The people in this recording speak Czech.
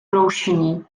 broušení